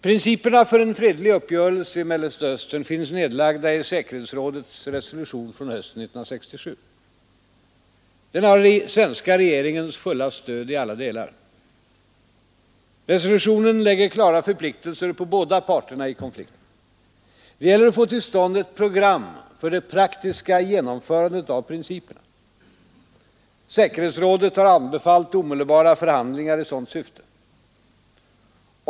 Principerna för en fredlig uppgörelse finns nedlagda i säkerhetsrådets resolution från hösten 1967. Den har svenska regeringens fulla stöd i alla delar. Resolutionen lägger klara förpliktelser på båda parterna i konflikten. Det gäller att få till stånd ett program för det praktiska genomförandet av principerna. Säkerhetsrådet har anbefallt omedelbara förhandlingar i sådant syfte.